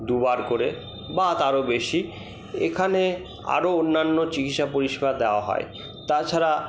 দুবার করে বা তারও বেশি এখানে আরো অন্যান্য চিকিৎসা পরিষেবা দেওয়া হয় তাছাড়া